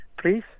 Please